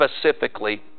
specifically